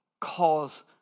cause